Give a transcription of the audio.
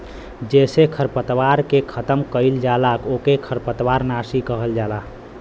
जेसे खरपतवार के खतम कइल जाला ओके खरपतवार नाशी कहल जाला